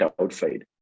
outside